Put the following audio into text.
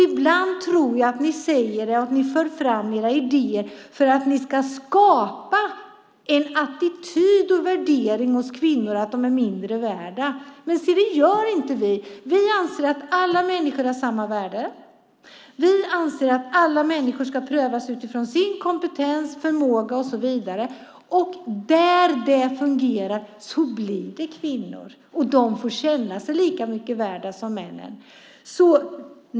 Ibland tror jag att ni för fram era idéer för att skapa en attityd och värdering som gör att kvinnor tror att de är mindre värda. Men se det gör inte vi. Vi anser att alla människor har samma värde, vi anser att alla människor ska prövas utifrån sin kompetens, förmåga och så vidare. Där det fungerar blir det kvinnor, och de får känna sig lika mycket värda som männen.